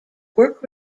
work